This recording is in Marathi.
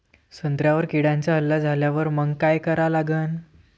संत्र्यावर किड्यांचा हल्ला झाल्यावर मंग काय करा लागन?